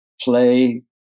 play